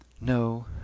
No